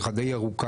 שיחה די ארוכה,